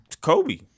Kobe